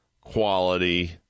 quality